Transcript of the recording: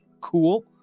cool